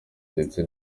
ndetse